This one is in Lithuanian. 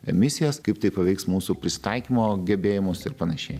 emisijas kaip tai paveiks mūsų prisitaikymo gebėjimus ir panašiai